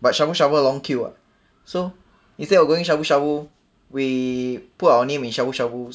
but shabu shabu 很 long queue [what] so instead of going shabu shabu we put our name in shabu shabu